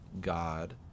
God